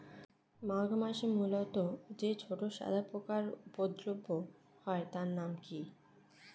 মাঘ মাসে মূলোতে যে ছোট সাদা পোকার উপদ্রব হয় তার নাম কি?